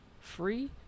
Free